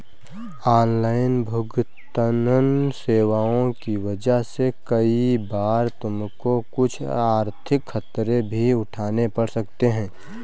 online भुगतन्न सेवाओं की वजह से कई बार तुमको कुछ आर्थिक खतरे भी उठाने पड़ सकते हैं